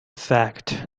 fact